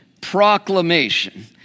proclamation